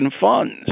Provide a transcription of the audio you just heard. funds